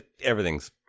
everything's